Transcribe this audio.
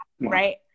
right